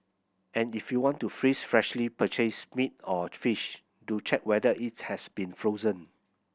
and if you want to freeze freshly purchased meat or fish do check whether it has been frozen